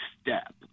step